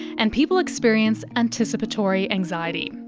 and people experience anticipatory anxiety.